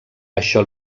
això